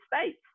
States